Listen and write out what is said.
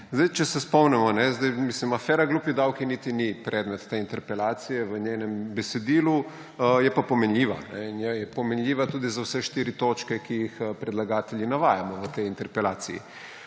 državo. Če se spomnimo, afera »glupi davki« niti ni predmet te interpelacije v njenem besedilu. Je pa pomenljiva; je pomenljiva tudi za vse štiri točke, ki jih predlagatelji navajamo v tej interpelaciji.